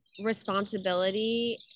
responsibility